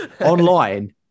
online